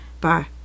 Bye